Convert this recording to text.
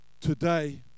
today